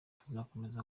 tuzakomeza